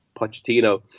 pochettino